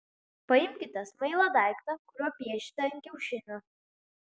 paimkite smailą daiktą kuriuo piešite ant kiaušinio